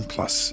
Plus